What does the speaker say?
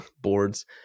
boards